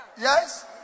Yes